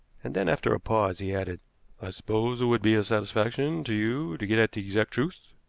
and then, after a pause, he added i suppose it would be a satisfaction to you to get at the exact truth?